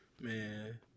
man